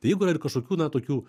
tai jeigu yra ir kažkokių na tokių